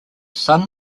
sun